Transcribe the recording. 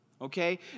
okay